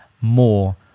more